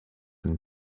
and